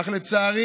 אך לצערי